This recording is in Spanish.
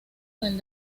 del